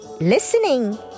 listening